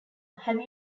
have